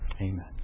Amen